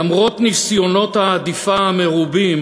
למרות ניסיונות ההדיפה המרובים